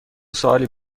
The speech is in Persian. سوالی